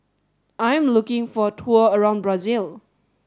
I'm looking for a tour around Brazil